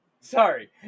Sorry